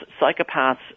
psychopaths